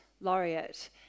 laureate